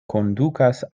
kondukas